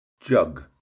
jug